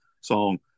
song